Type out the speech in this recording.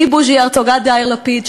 מבוז'י הרצוג עד יאיר לפיד,